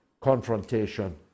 confrontation